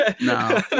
No